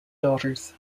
daughters